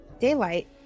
Daylight